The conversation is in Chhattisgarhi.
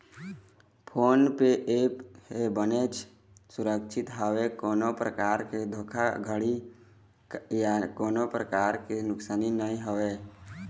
फोन पे ऐप ह बनेच सुरक्छित हवय कोनो परकार के धोखाघड़ी या कोनो परकार के नुकसानी नइ होवय